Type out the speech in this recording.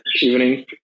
evening